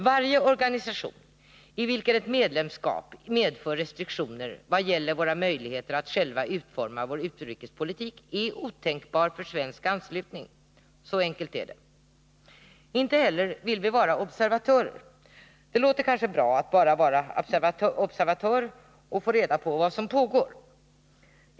Varje organisation i vilken ett medlemskap medför restriktioner när det gäller våra möjligheter att själva utforma vår utrikespolitik är otänkbar för svensk anslutning — så enkelt är det. Inte heller vill vi vara observatörer. Det låter kanske bra att bara vara observatör och få reda på vad som pågår.